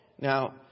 Now